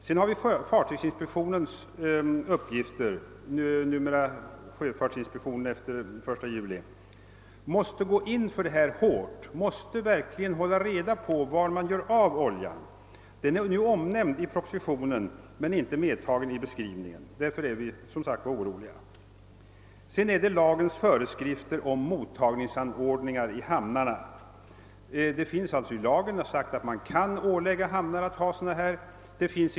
Vidare måste fartygsinspektionen, efter den 1 juli sjöfartsinspektionen, verkligen gå in för detta med kraft. Man måste ta reda på var man gör av oljan. Det är omnämnt i propositionen att så bör ske men inte medtaget i beskrivningen av arbetsuppgifterna. Därför är vi som sagt oroliga. Vidare finns det i lagen föreskrifter om mottagningsanordningar i hamnarna. I lagen sägs att man kan ålägga hamnarna att ha sådana här anordningar.